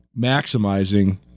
maximizing